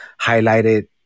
highlighted